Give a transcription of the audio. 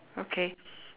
okay